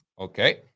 Okay